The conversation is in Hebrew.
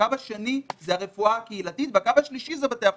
הקו השני זו הרפואה הקהילתית והקו השלישי זה בתי החולים.